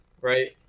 right